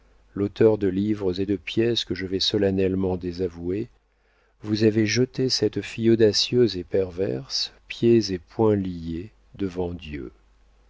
l'auteur de livres et de pièces que je vais solennellement désavouer vous avez jeté cette fille audacieuse et perverse pieds et poings liés devant dieu